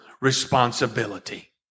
responsibility